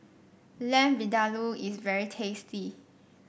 Lamb Vindaloo is very tasty